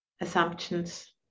assumptions